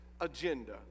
agenda